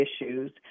issues